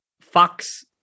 Fox